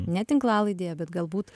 ne tinklalaidėje bet galbūt